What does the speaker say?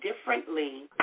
differently